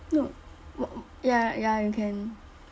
no ya ya you can